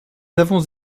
avons